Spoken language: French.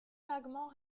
vaguement